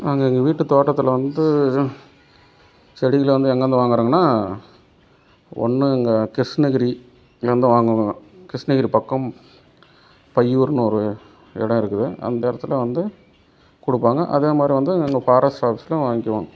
நாங்கள் எங்கள் வீடு தோட்டத்தில் வந்து செடிகளை வந்து எங்கேருந்து வாங்குறோங்கன்னா ஒன்று எங்கள் கிருஷ்ணகிரிலேந்து வாங்குவோம் கிருஷ்ணகிரி பக்கம் பையூர்னு ஒரு இடம் இருக்குது அந்த இடத்துல வந்து கொடுப்பாங்க அதே மாரி வந்து நாங்கள் ஃபாரஸ்ட் ஆஃபீஸ்லையும் வாங்கிக்குவோம்